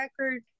record